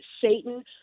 Satan